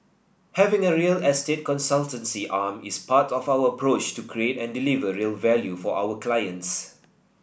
having a real estate consultancy arm is part of our approach to create and deliver real value for our clients